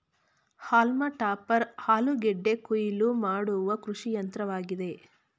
haulm topper ಆಲೂಗೆಡ್ಡೆ ಕುಯಿಲು ಮಾಡುವ ಕೃಷಿಯಂತ್ರವಾಗಿದೆ